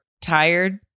tired